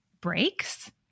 breaks